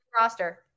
roster